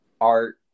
Art